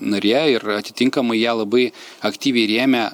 narė ir atitinkamai ją labai aktyviai rėmė